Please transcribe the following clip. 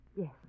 Yes